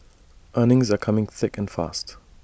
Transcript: earnings are coming thick and fast